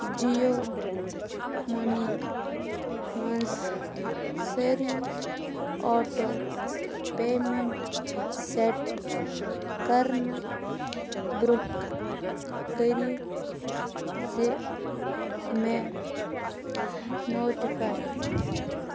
Jio money منٛز سٲری auto payment set کَرنہٕ برٛونٛہہ کٔرۍ زِ مےٚ نوٹِفاٮٔے